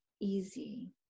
easy